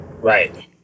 Right